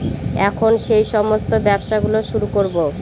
এখন সেই সমস্ত ব্যবসা গুলো শুরু করবো